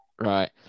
Right